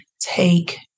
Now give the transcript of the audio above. take